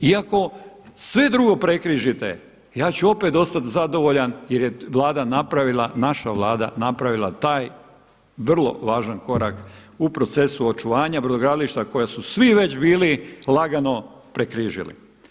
I ako sve drugo prekrižite ja ću opet ostati zadovoljan jer je vlada, naša vlada napravila taj vrlo važan korak u procesu očuvanja brodogradilišta koja su svi već bili lagano prekrižili.